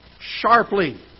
sharply